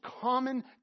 common